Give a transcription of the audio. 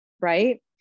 right